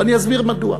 ואני אסביר מדוע.